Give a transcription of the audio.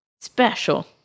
Special